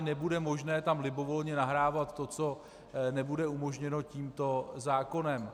Nebude možné tam libovolně nahrávat to, co nebude umožněno tímto zákonem.